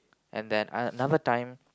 and then I another time